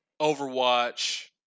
overwatch